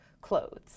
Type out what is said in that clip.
clothes